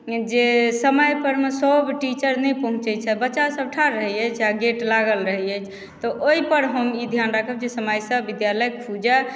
जे समयपर मे सभ टीचर नहि पहुँचैत छै आ बच्चासभ ठाढ़ रहैत अछि आ गेट लागल रहैत अछि तऽ ओहिपर हम ई ध्यान राखब जे समयसँ विद्यालय खूजय